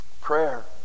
Prayer